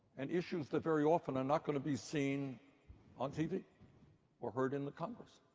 and issues that very often are not going to be seen on tv or heard in the congress.